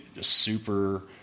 super